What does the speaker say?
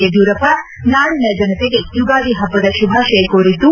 ಯಡಿಯೂರಪ್ಪ ನಾಡಿನ ಜನತೆಗೆ ಯುಗಾದಿ ಹಬ್ಲದ ಶುಭಾಶಯ ಕೋರಿದ್ದು